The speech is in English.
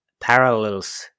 parallels